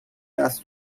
دست